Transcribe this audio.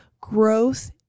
Growth